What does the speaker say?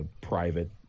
private